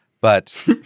but-